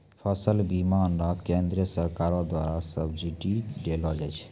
फसल बीमा मे केंद्रीय सरकारो द्वारा सब्सिडी देलो जाय छै